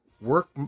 work